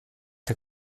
der